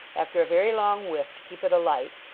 after a very long whiff to keep it alight,